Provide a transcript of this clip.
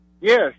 Yes